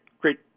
Great